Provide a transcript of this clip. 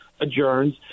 adjourns